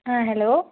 ആഹ് hello